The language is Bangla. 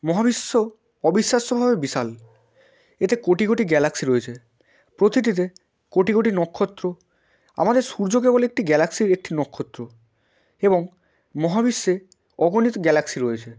মহাবিশ্ব অবিশ্বাস্যভাবে বিশাল এতে কোটি কোটি গ্যালাক্সি রয়েছে প্রতিটিতে কোটি কোটি নক্ষত্র আমাদের সূর্য কেবল একটি গ্যালাক্সির একটি নক্ষত্র এবং মহাবিশ্বে অগণিত গ্যালাক্সি রয়েছে